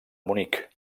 munic